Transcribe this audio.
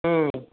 ம்